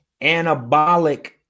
anabolic